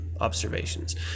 observations